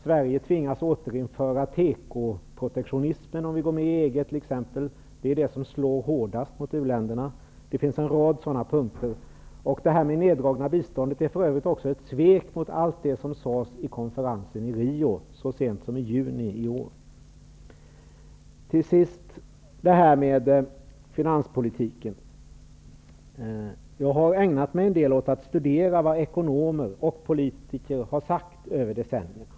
Sverige tvingas t.ex. återinföra tekoprotektionismen, om vi går med i EG, vilket är det som slår hårdast mot u-länderna. Det finns en rad sådana exempel. Det neddragna biståndet är för övrigt också ett svek mot allt det som så sent som i juni i år sades vid konferensen i Rio. Jag har ägnat mig en del åt att studera vad ekonomer och politiker under decennierna har uttalat om finanspolitiken.